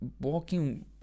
walking